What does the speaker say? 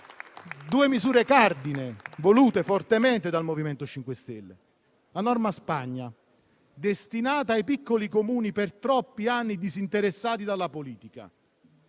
due misure cardine, volute fortemente dal MoVimento 5 Stelle. La norma Spagna è destinata ai piccoli Comuni, che per troppi anni hanno visto il disinteresse della politica.